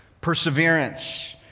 perseverance